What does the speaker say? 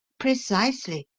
precisely.